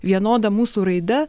vienoda mūsų raida